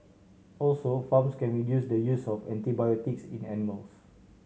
also farms can reduce the use of antibiotics in animals